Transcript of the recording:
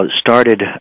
started